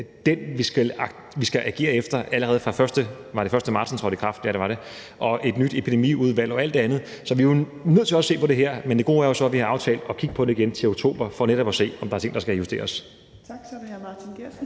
den, vi skulle agere efter allerede pr. 1. marts, mener jeg det var, hvor den trådte i kraft, og med et nyt Epidemiudvalg og alt det andet. Så vi er nødt til også at se på det her, men det gode er jo så, at vi har aftalt at kigge på det igen til oktober for netop at se, om der er ting, der skal justeres. Kl. 12:55 Fjerde næstformand